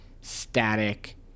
static